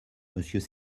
monsieur